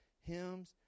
hymns